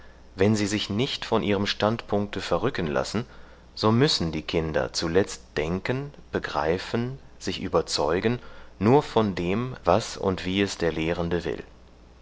wenn sie sich nicht von ihrem standpunkte verrücken lassen so müssen die kinder zuletzt denken begreifen sich überzeugen nur von dem was und wie es der lehrende will